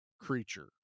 Creature